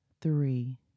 three